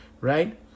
right